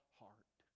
heart